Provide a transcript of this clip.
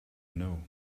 know